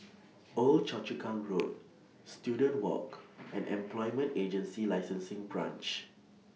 Old Choa Chu Kang Road Student Walk and Employment Agency Licensing Branch